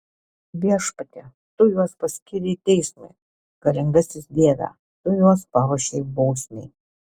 viešpatie tu juos paskyrei teismui galingasis dieve tu juos paruošei bausmei